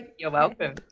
you're welcome.